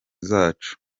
zacu